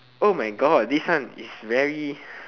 oh my god this one is very